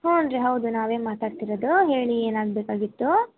ಹ್ಞೂ ರೀ ಹೌದು ರೀ ನಾವೇ ಮಾತಾಡ್ತಿರೋದು ಹೇಳಿ ಏನಾಗಬೇಕಾಗಿತ್ತು